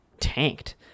tanked